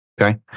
Okay